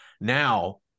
now